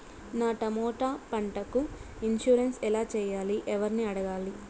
నా టమోటా పంటకు ఇన్సూరెన్సు ఎలా చెయ్యాలి? ఎవర్ని అడగాలి?